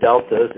Delta's